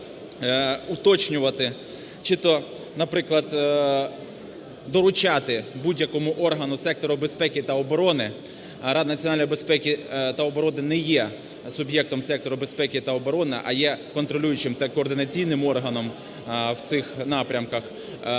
Ради національної безпеки та оброни не є суб'єктом сектору безпеки та оборони, а є контролюючим та координаційним органом в цих напрямках,